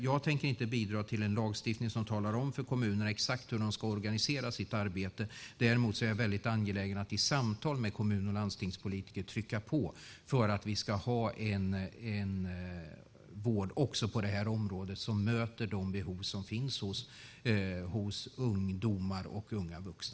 Jag tänker inte bidra till en lagstiftning som talar om för kommunerna exakt hur de ska organisera sitt arbete. Däremot är jag väldigt angelägen om att i samtal med kommun och landstingspolitiker trycka på för att vi ska ha en vård också på detta område som möter de behov som finns hos ungdomar och unga vuxna.